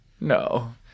No